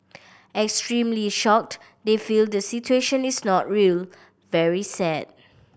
extremely shocked they feel the situation is not real very sad